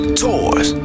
tours